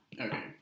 Okay